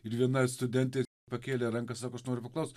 ir viena studentė pakėlė ranką noriu paklaust